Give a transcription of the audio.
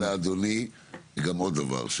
אני רוצה לומר לאדוני עוד דבר,